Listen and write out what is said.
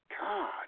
God